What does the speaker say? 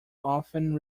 often